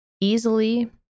easily